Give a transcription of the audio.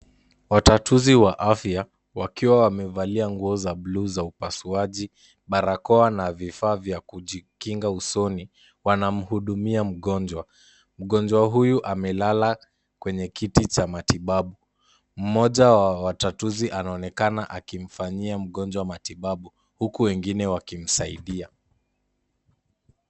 Watatuzi wa afya, wakiwa wamevalia nguo za bluu za upasuaji, barakoa na vifaa vya kujikinga usoni. Wanamhudumia mgonjwa, mgonjwa huyu amelala kwenye kiti cha matibabu. Mmoja wa watatuzi anaonekana akimfanyia mgonjwa matibabu, huku wengine wakimsaidia.